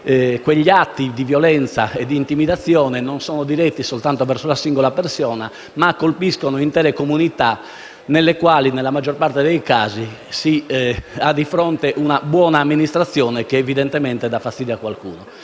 quegli atti di violenza e di intimidazione non sono diretti soltanto verso la singola persona, ma colpiscono intere comunità, nelle quali, nella maggior parte dei casi, si ha di fronte una buona amministrazione, che evidentemente dà fastidio a qualcuno.